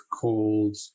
called